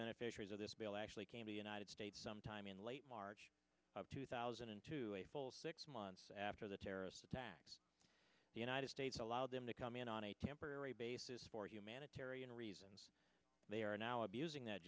beneficiaries of this bill actually came to united states sometime in late march of two thousand and two a full six months after the terrorist attacks the united states allow them to come in on a temporary basis for humanitarian reasons they are now abusing that